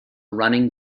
running